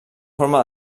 forma